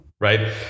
right